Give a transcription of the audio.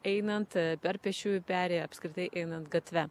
einant per pėsčiųjų perėją apskritai einant gatve